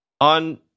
On